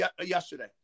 yesterday